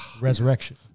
resurrection